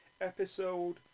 Episode